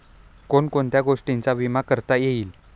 कोण कोणत्या गोष्टींचा विमा करता येईल?